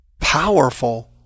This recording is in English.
powerful